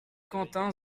quentin